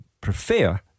prefer